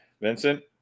Vincent